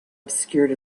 obscured